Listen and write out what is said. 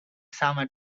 summer